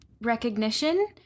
recognition